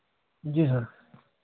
जी sir